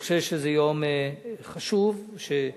אני חושב שזה יום חשוב, ברור.